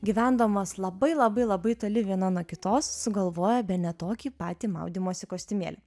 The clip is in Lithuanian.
gyvendamos labai labai labai toli viena nuo kitos sugalvojo bene tokį patį maudymosi kostiumėlį